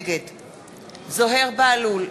נגד זוהיר בהלול,